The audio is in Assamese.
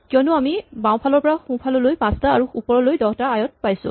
কিয়নো আমি বাওঁফালৰ পৰা সোঁফাললৈ ৫ টা আৰু ওপৰলৈ ১০ টা আয়ত পাইছো